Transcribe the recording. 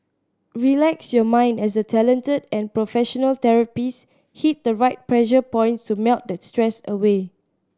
relax your mind as the talented and professional therapists hit the right pressure points to melt that stress away